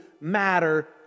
matter